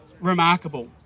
remarkable